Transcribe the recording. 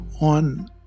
on